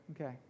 Okay